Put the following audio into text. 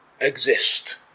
exist